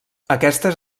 aquestes